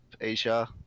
Asia